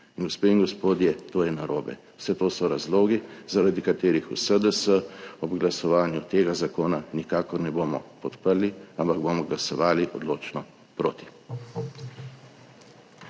gospe in gospodje, to je narobe. Vse to so razlogi, zaradi katerih v SDS ob glasovanju tega zakona nikakor ne bomo podprli, ampak bomo glasovali odločno proti.